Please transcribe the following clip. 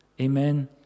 Amen